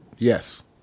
Yes